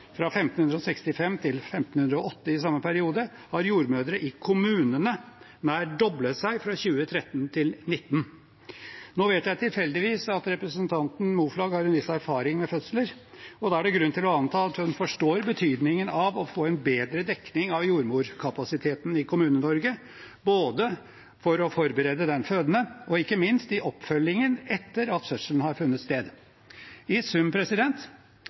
fra 1 565 til 1 508 i samme periode, har jordmødre i kommunene nær doblet seg fra 2013 til 2019. Nå vet jeg tilfeldigvis at representanten Moflag har en viss erfaring med fødsler, og da er det grunn til å anta at hun forstår betydningen av å få en bedre dekning av jordmorkapasiteten i Kommune-Norge både for å forberede den fødende og ikke minst i oppfølgingen etter at fødselen har funnet sted. I sum: